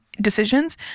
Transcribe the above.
decisions